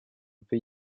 peut